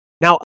Now